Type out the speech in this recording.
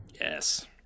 Yes